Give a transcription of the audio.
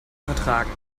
vertragen